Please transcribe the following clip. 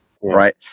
Right